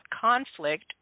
conflict